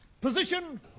position